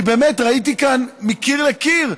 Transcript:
כי באמת ראיתי כאן מקיר לקיר,